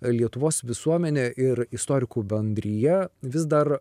lietuvos visuomenė ir istorikų bendrija vis dar